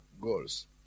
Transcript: goals